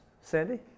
Sandy